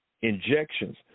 injections